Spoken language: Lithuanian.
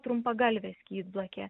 trumpagalvė skydblakė